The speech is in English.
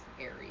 area